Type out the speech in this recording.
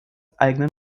eigenen